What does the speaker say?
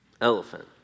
elephant